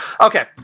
okay